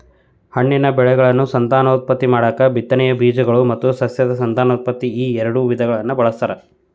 ಹಣ್ಣಿನ ಬೆಳೆಗಳನ್ನು ಸಂತಾನೋತ್ಪತ್ತಿ ಮಾಡಾಕ ಬಿತ್ತನೆಯ ಬೇಜಗಳು ಮತ್ತು ಸಸ್ಯಕ ಸಂತಾನೋತ್ಪತ್ತಿ ಈಎರಡು ವಿಧಗಳನ್ನ ಬಳಸ್ತಾರ